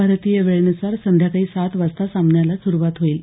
भारतीय वेळेनुसार संध्याकाळी सात वाजता सामन्याला सुरुवात होईल